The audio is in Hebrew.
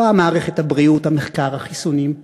ברוך השם, באה מערכת הבריאות, המחקר, החיסונים,